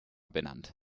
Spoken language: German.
benannt